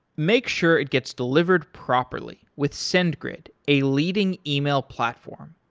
make sure it gets delivered properly with sendgrid a leading email platform.